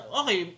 okay